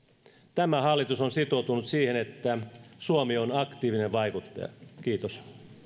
tämä hallitus on sitoutunut siihen että suomi on aktiivinen vaikuttaja kiitos